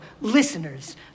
listeners